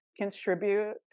contribute